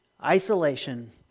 isolation